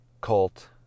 cult